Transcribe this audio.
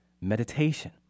meditation